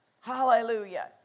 Hallelujah